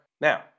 Now